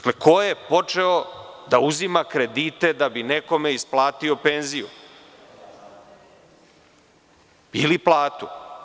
Ko je počeo da uzima kredite da bi nekome isplatio penziju, ili platu?